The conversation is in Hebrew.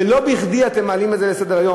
ולא בכדי אתם מעלים את זה לסדר-היום,